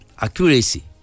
accuracy